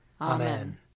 Amen